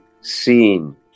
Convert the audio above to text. seen